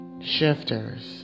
Shifters